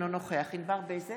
אינו נוכח ענבר בזק,